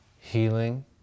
healing